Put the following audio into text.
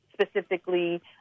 specifically